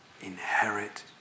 inherit